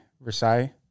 Versailles